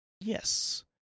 Yes